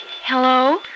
Hello